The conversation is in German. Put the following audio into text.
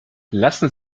lassen